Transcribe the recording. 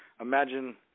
imagine